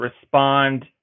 respond